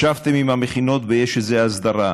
ישבתם עם המכינות ויש איזו הסדרה,